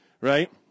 Right